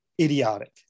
idiotic